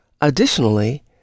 Additionally